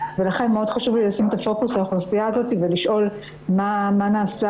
לכן חשוב לי לשים את הפוקוס על האוכלוסייה הזאת ולשאול מה נעשה